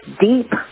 deep